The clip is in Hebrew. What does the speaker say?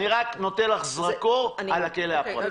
אני רק נותן לך זרקור על הכלא הפרטי.